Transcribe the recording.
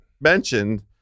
mentioned